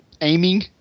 Aiming